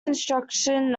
instruction